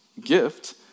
gift